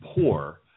poor